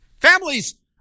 Families